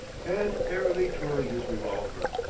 and airily twirling his revolver.